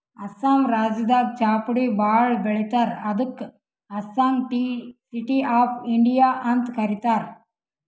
ಅಸ್ಸಾಂ ರಾಜ್ಯದಾಗ್ ಚಾಪುಡಿ ಭಾಳ್ ಬೆಳಿತಾರ್ ಅದಕ್ಕ್ ಅಸ್ಸಾಂಗ್ ಟೀ ಸಿಟಿ ಆಫ್ ಇಂಡಿಯಾ ಅಂತ್ ಕರಿತಾರ್